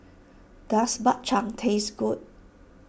does Bak Chang taste good